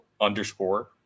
underscore